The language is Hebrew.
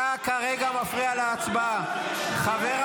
זה לא נכון, יש סיכום --- עם עוצמה יהודית.